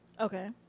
Okay